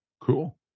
Cool